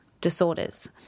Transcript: disorders